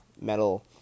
Metal